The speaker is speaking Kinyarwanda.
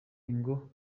ingo